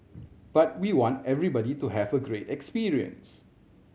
but we want everybody to have a great experience